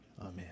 Amen